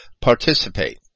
participate